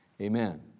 Amen